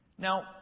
Now